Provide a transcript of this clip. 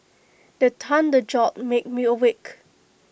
the thunder jolt me awake